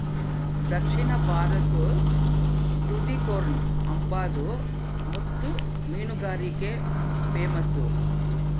ದಕ್ಷಿಣ ಭಾರತುದ್ ಟುಟಿಕೋರ್ನ್ ಅಂಬಾದು ಮುತ್ತು ಮೀನುಗಾರಿಕ್ಗೆ ಪೇಮಸ್ಸು